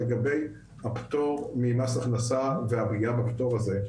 לגבי הפטור ממס הכנסה, והפגיעה בפטור הזה.